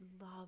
love